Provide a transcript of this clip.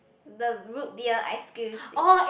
the root beer ice cream